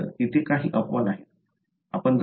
तर तिथे काही अपवाद आहेत